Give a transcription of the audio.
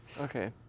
Okay